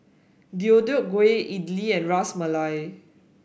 Deodeok Gui Idili and Ras Malai